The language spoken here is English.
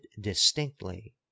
distinctly